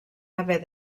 haver